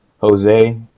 Jose